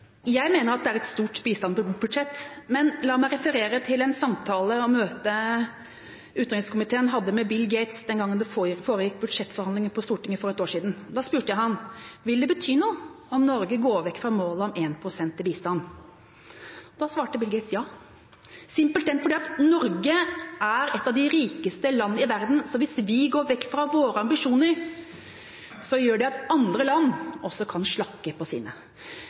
Jeg mener at det er et stort bistandsbudsjett. Men la meg referere til en samtale fra møtet utenrikskomiteen hadde med Bill Gates den gangen det foregikk budsjettforhandlinger på Stortinget for et år siden. Da spurte jeg ham: Vil det bety noe om Norge går vekk fra målet om 1 pst. i bistand? Da svarte Bill Gates: ja. Det er simpelthen fordi Norge er et av de rikeste land i verden, så hvis vi går vekk fra våre ambisjoner, gjør det at andre land også kan slakke på sine.